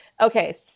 Okay